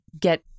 get